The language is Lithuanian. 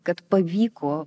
kad pavyko